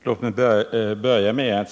Herr talman!